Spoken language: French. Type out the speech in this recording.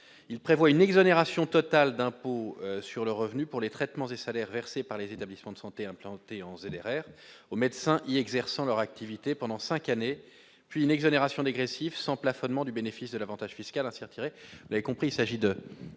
Il prévoit une exonération totale d'impôt sur le revenu pour les traitements et salaires versés par les établissements de santé implantés en ZRR aux médecins y exerçant leur activité pendant cinq années, puis une exonération dégressive sans plafonnement du bénéfice de l'avantage fiscal